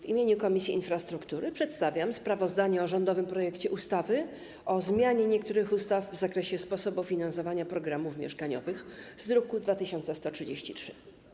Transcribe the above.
W imieniu Komisji Infrastruktury przedstawiam sprawozdanie o rządowym projekcie ustawy o zmianie niektórych ustaw w zakresie sposobu finansowania programów mieszkaniowych, druk nr 2133.